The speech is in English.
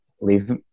leave